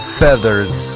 feathers